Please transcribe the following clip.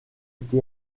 été